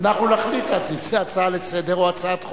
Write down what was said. אנחנו נחליט, הצעה לסדר-היום או הצעת חוק.